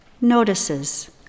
notices